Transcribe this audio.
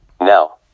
Now